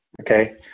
okay